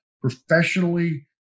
professionally